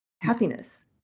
happiness